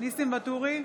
ניסים ואטורי,